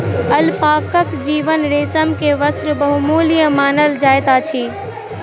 alpaca जीवक रेशम के वस्त्र बहुमूल्य मानल जाइत अछि